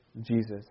Jesus